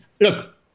look